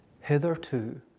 hitherto